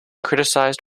criticized